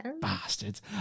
bastards